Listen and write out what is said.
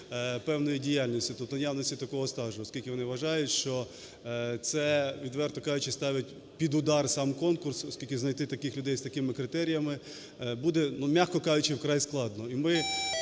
певної діяльності, тобто наявності такого стажу. Оскільки вони вважають що це, відверто кажучи, ставить під удар сам конкурс, оскільки знайти таких людей з такими критеріями буде, м'яко кажучи, вкрай складно.